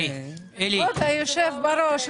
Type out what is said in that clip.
כבוד יושב הראש,